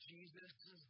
Jesus